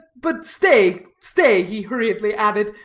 but stay, stay, he hurriedly added,